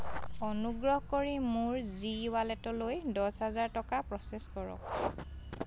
অনুগ্ৰহ কৰি মোৰ জি ৱালেটলৈ দহ হাজাৰ টকা প্ৰ'চেছ কৰক